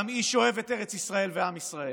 גם איש שאוהב את ארץ ישראל ועם ישראל.